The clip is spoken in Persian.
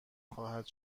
خواهد